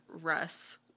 Russ